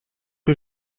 que